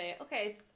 okay